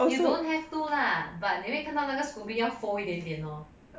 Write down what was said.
you don't have to lah but 你会看到那个 scoby 要 fold 一点点 lor